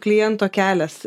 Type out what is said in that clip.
kliento kelias